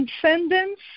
Transcendence